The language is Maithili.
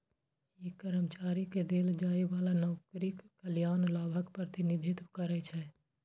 ई कर्मचारी कें देल जाइ बला नौकरीक कल्याण लाभक प्रतिनिधित्व करै छै